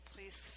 Please